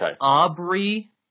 Aubrey